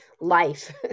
life